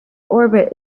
orbit